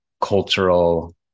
cultural